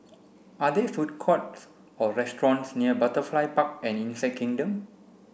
are there food courts or restaurants near Butterfly Park and Insect Kingdom